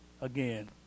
again